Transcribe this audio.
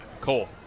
Cole